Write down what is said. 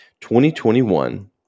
2021